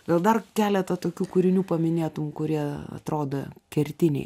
gal dar keletą tokių kūrinių paminėtum kurie atrodo kertiniai